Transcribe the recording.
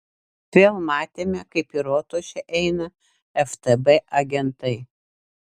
vėl matėme kaip į rotušę eina ftb agentai